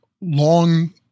long